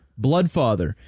Bloodfather